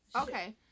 okay